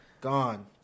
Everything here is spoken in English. Gone